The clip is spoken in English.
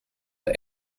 the